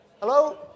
Hello